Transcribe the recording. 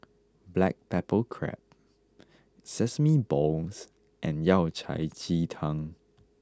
Black Pepper Crab Sesame Balls and Yao Cai Ji Tang